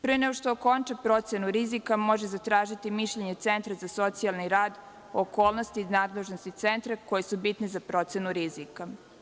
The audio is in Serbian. Pre nego što okonča procenu rizika, može zatražiti mišljenje centra za socijalni rad, okolnosti iz nadležnosti centra koje su bitne za procenu rizika.